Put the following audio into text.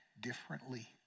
differently